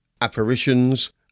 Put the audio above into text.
Apparitions